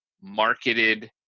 marketed